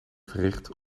verricht